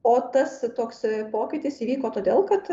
o tas toks pokytis įvyko todėl kad